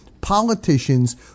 politicians